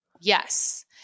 Yes